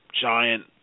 giant